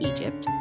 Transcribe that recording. Egypt